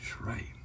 right